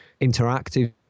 interactive